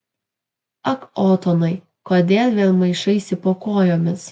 ak otonai kodėl vėl maišaisi po kojomis